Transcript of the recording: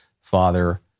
Father